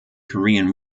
korean